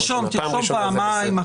תרשום פעמיים.